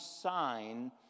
sign